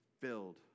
filled